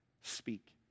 speak